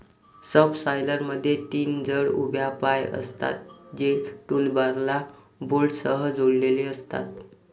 सबसॉयलरमध्ये तीन जड उभ्या पाय असतात, जे टूलबारला बोल्टसह जोडलेले असतात